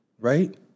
Right